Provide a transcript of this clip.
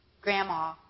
Grandma